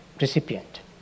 recipient